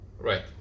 right